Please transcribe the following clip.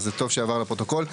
זה טוב שעבר, לפרוטוקול.